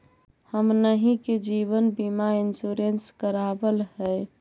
हमनहि के जिवन बिमा इंश्योरेंस करावल है?